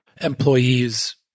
employees